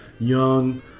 Young